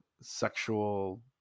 sexual